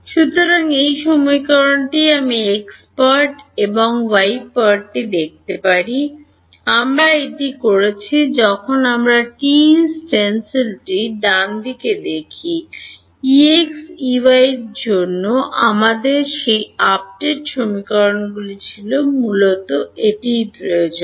সুতরাং এই সমীকরণটি আমি x পার্ট এবং y পার্টটি দেখতে পারি আমরা এটি করেছি যখন আমরা TE স্টেনসিলটি ডানদিকে দেখিEx Ey এর জন্য আমাদের সেই আপডেট সমীকরণগুলি ছিল মূলত এটিই প্রয়োজন